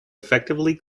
effectively